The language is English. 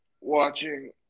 watching